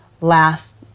last